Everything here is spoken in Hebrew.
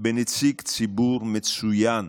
בנציג ציבור מצוין.